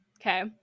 okay